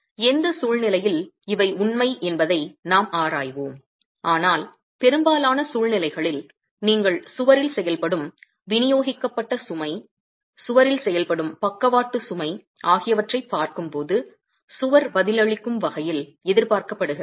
எந்த சூழ்நிலையில் இவை உண்மை என்பதை நாம் ஆராய்வோம் ஆனால் பெரும்பாலான சூழ்நிலைகளில் நீங்கள் சுவரில் செயல்படும் விநியோகிக்கப்பட்ட சுமை சுவரில் செயல்படும் பக்கவாட்டு சுமை ஆகியவற்றைப் பார்க்கும்போது சுவர் பதிலளிக்கும் வகையில் எதிர்பார்க்கப்படுகிறது